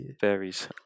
Varies